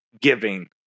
giving